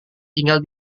tinggal